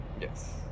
Yes